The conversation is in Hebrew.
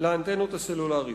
לאנטנות הסלולריות.